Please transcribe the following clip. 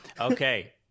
Okay